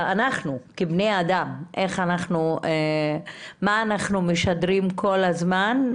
גם אנחנו, כבני אדם - מה אנחנו משדרים כל הזמן?